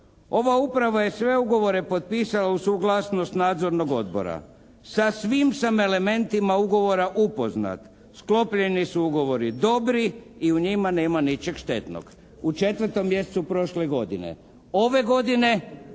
ova uprava je sve ugovore potpisala uz suglasnost nadzornog odbora. Sa svim sa elementima ugovora upoznat, sklopljeni su ugovori dobri i u njima nema ničeg štetnog. U 4. mjesecu prošle godine. Ove godine